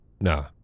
Nah